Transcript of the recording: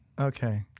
Okay